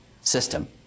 system